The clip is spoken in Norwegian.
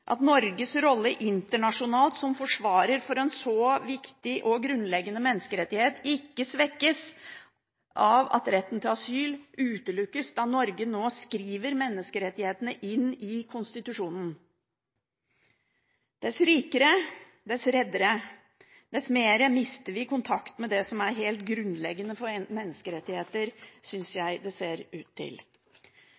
at Norges rolle internasjonalt som forsvarer av en så viktig og grunnleggende menneskerettighet, ikke svekkes av at retten til asyl utelukkes når Norge nå skriver menneskerettighetene inn i konstitusjonen. Dess rikere, dess reddere, dess mer mister vi kontakt med det som er helt grunnleggende for menneskerettigheter,